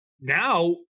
Now